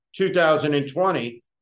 2020